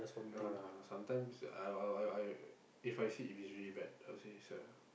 uh sometimes I I I I If I see if it's really bad I'll say it's a